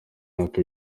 mwaka